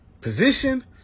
position